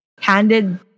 handed